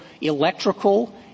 electrical